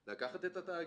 לקחת את רמ"י,